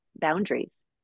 boundaries